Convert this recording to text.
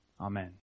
Amen